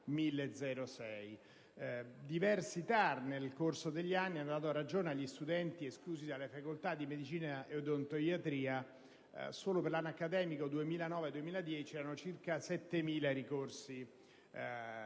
Diversi TAR, nel corso degli anni, hanno dato ragione agli studenti esclusi dalle facoltà di medicina e odontoiatria: solo per l'anno accademico 2009-2010 sono stati circa 7.000 i ricorsi